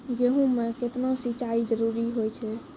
गेहूँ म केतना सिंचाई जरूरी होय छै?